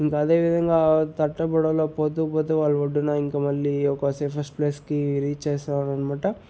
అదే విధంగా తట్ట పడవలో పోతూ పోతూ వాళ్ళు ఒడ్డున ఇంక మళ్లీ ఒక సేఫెస్ట్ ప్లేస్కి రీచ్ చేసేవారనమాట